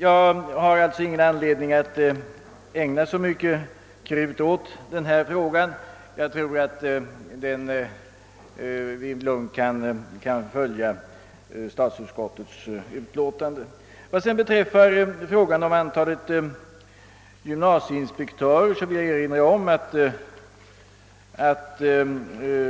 Jag har alltså ingen anledning att spilla så mycket krut på frågan utan anser att kammaren lugnt kan följa statsutskottets rekommendation på denna punkt. Vad sedan beträffar frågan om antalet gymnasieinspektörer vill jag erinra om att